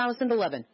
2011